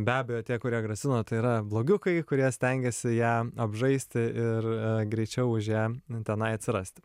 be abejo tie kurie grasino tai yra blogiukai kurie stengiasi ją apžaisti ir greičiau už ją tenai atsirasti